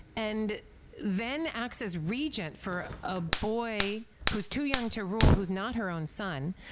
and then acts as regent for a boy who's too young to rule who's not her own son.